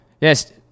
yes